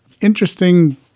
Interesting